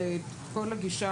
על כל הגישה